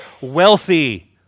wealthy